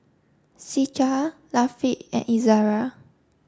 Citra Latif and Izzara